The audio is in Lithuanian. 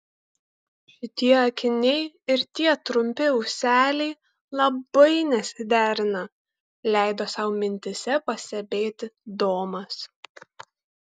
šitie akiniai ir tie trumpi ūseliai labai nesiderina leido sau mintyse pastebėti domas